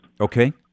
Okay